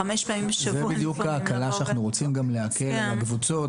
חמש פעמים בשבוע -- זאת בדיוק ההקלה שאנחנו רוצים להכיר בקבוצות,